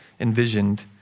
envisioned